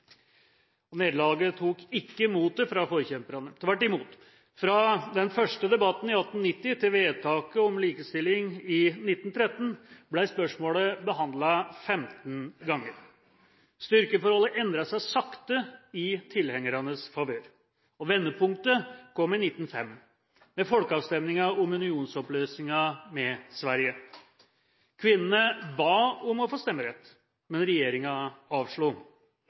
Nederlaget tok ikke motet fra forkjemperne, tvert imot. Fra den første debatten i 1890 til vedtaket om likestilling i 1913 ble spørsmålet behandlet 15 ganger. Styrkeforholdet endret seg sakte i tilhengernes favør, og vendepunktet kom i 1905 med folkeavstemningen om unionsoppløsningen med Sverige. Kvinnene ba om å få stemmerett, men regjeringen avslo.